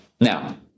Now